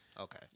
Okay